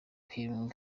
healing